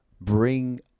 bring